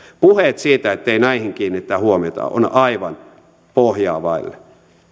puheet siitä ettei näihin kiinnitetä huomiota ovat aivan pohjaa vailla